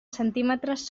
centímetres